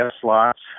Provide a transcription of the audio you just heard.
slots